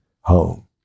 home